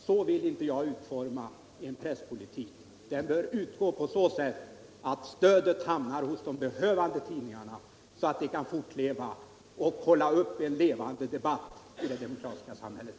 Så vill inte jag utforma en presspolitik, utan stödet bör utgå på så sätt att det hamnar hos de behövande tidningarna så att dessa kan fortleva och upprätthålla en levande debatt i det demokratiska samhället.